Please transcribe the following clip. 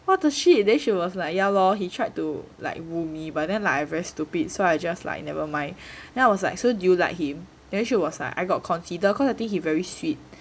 what the !shit! then she was like ya lor he tried to like !woo! me but then like I very stupid so I just like never mind then I was like so do you like him then she was like I got consider cause I think he very sweet